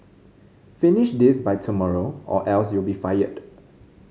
finish this by tomorrow or else you'll be fired